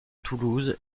toulouse